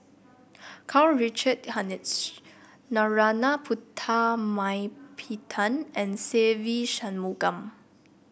Karl Richard Hanitsch Narana Putumaippittan and Se Ve Shanmugam